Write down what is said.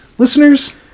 Listeners